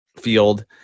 field